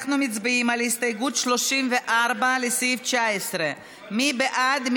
אנחנו מצביעים על הסתייגות 34, לסעיף 19. מי בעד?